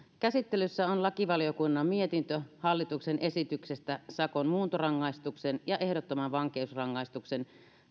käsittelyssä on lakivaliokunnan mietintö hallituksen esityksestä sakon muuntorangaistuksen ja ehdottoman vankeusrangaistuksen